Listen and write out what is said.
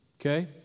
Okay